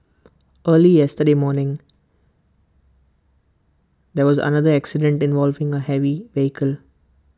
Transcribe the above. early yesterday morning there was another accident involving A heavy vehicle